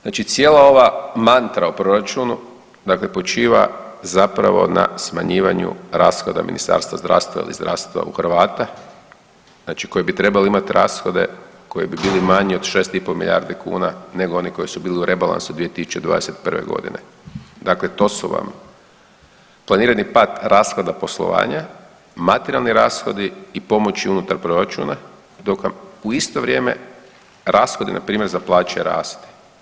Znači cijela ova mantra o proračunu dakle počiva zapravo na smanjivanju rashoda Ministarstva zdravstva ili zdravstva u Hrvata, znači koji bi trebali imati rashode koji bi bili manji od 6,5 milijardi kuna nego oni koji su bili u rebalansu 2021. g. Dakle, to su vam, planirani pad rashoda poslovanja, materijalni rashodi i pomoći unutar proračuna, dok vam u isto vrijeme, rashodi, npr. za plaće raste.